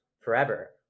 forever